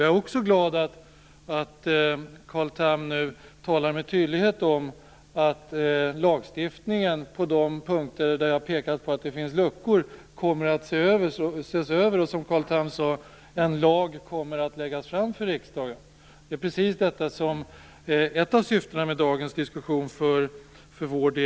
Jag är också glad att Carl Tham nu med tydlighet talar om att lagstiftningen kommer att ses över på de punkter där jag har pekat på att det finns luckor, och att, som Carl Tham sade, ett förslag till lag kommer att läggas fram för riksdagen. Det var precis detta som för vår del var ett av syftena med dagens diskussion.